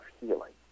healing